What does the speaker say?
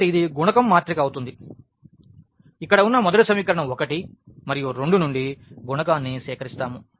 కాబట్టి ఇది గుణకం మాత్రిక అవుతుంది ఇక్కడ ఉన్న మొదటి సమీకరణం 1 మరియు 2 నుండి గుణకాన్ని సేకరిస్తాము